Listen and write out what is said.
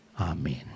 Amen